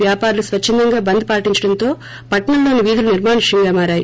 వ్యాపారులు స్వచ్చందంగా బంద్ పాటించడంతో పట్టణం లోని వీధులు నిర్మానుష్యంగా మారాయి